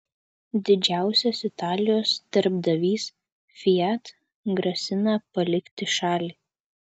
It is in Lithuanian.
didžiausias italijos darbdavys fiat grasina palikti šalį